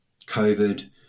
COVID